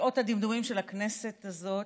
שעות הדמדומים של הכנסת הזאת.